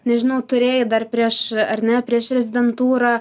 nežinau turėjai dar prieš ar ne prieš rezidentūrą